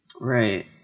Right